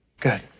good